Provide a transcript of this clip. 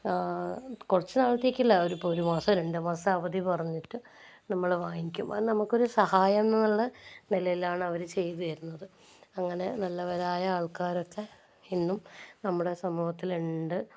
ആ കുറച്ചു നാളത്തേക്കല്ല അവരിപ്പോൾ ഒരു മാസം രണ്ടു മാസം അവധി പറഞ്ഞിട്ട് നമ്മൾ വാങ്ങിക്കും അത് നമുക്കൊരു സഹായം എന്നുള്ള നിലയിലാണ് അവർ ചെയ്തു തരുന്നത് അങ്ങനെ നല്ലവരായ ആൾക്കാരൊക്കെ ഇന്നും നമ്മുടെ സമൂഹത്തിലുണ്ട്